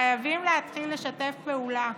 חייבים להתחיל לשתף פעולה.